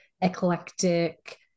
eclectic